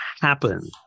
happen